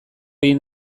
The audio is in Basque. egin